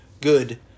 good